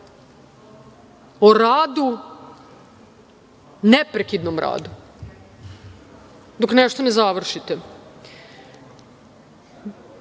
o radu, neprekidnom radu, dok nešto ne završite. Kad